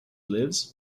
lives